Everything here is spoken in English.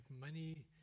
money